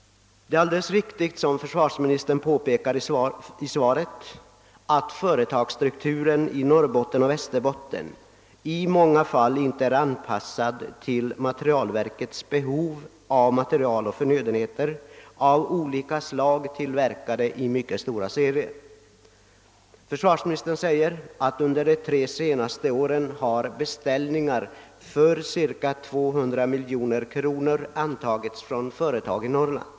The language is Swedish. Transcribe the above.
Det är alldeles riktigt, såsom försvarsministern påpekade i sitt svar, att företagsstrukturen i Norrbotten och i Västerbotten i många fall inte är anpassad till försvarets materielverks behov av materiel och förnödenheter av olika slag i mycket långa serier. Försvarsministern säger att under de tre senaste åren har beställningar för ca 200 miljoner kronor antagits från företag i Norrland.